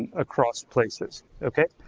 across places, okay?